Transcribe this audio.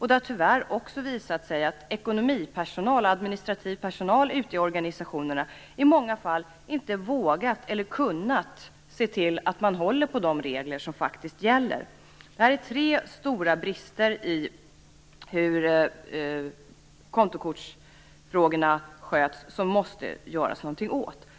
Det har tyvärr också visat sig att ekonomipersonal och administrativ personal ute i organisationerna i många fall inte vågat eller kunnat se till att man håller på de regler som faktiskt gäller. Detta är tre stora brister i hur kontokortsfrågorna sköts som måste göras någonting åt.